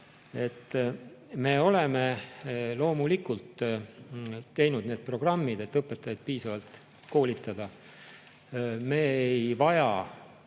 oleme loomulikult teinud need programmid, et õpetajaid piisavalt koolitada. Kõik